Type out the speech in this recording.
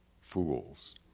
fools